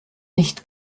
nicht